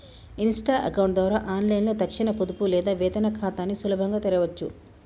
Insta account ద్వారా ఆన్లైన్లో తక్షణ పొదుపు లేదా వేతన ఖాతాని సులభంగా తెరవచ్చు